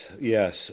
yes